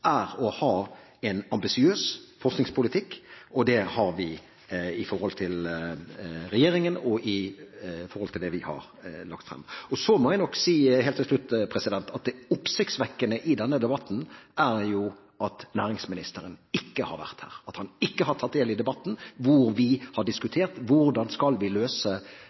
er å ha en ambisiøs forskningspolitikk, og det har vi i forhold til regjeringen og i forhold til det vi har lagt frem. Så vil jeg til slutt si at det oppsiktsvekkende i denne debatten er at næringsministeren ikke har vært her, at han ikke har tatt del i debatten hvor vi har diskutert hvordan vi skal løse